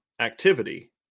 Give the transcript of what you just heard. activity